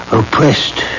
oppressed